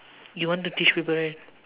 you want the tissue paper right